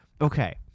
okay